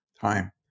time